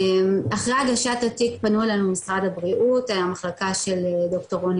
אחרי הגשת התיק פנו אלינו משרד הבריאות המחלקה של ד"ר רוני